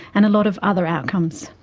and a lot of other outcomes.